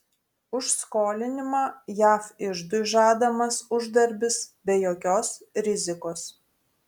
už skolinimą jav iždui žadamas uždarbis be jokios rizikos